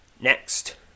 Next